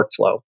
workflow